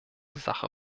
sache